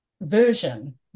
version